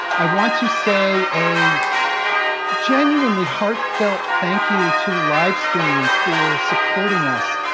i want to say a genuinely heartfelt thank you to livestream for supporting us.